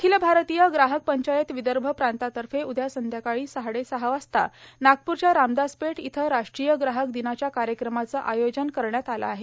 अखिल भारतीय ग्राहक पंचायत विदर्भ प्रांतातर्फे उद्या सायंकाळी साडेसहा वाजता नागप्रच्या रामदासपेठ इथं राष्ट्रीय ग्राहक दिनाच्या कार्यक्रमाचं आयोजन करण्यात आलं आहे